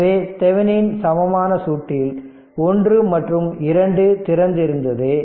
எனவே தெவெனின் சமமான சுற்றில் 1 மற்றும் 2 திறந்து இருந்தது